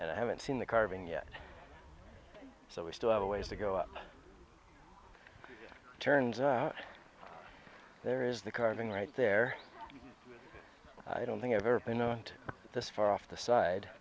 and i haven't seen the carving yet so we still have a ways to go up turned there is the carving right there i don't think i've ever been and this far off the side